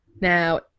Now